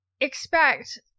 expect